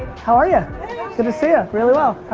how are you? good to see ya. really well,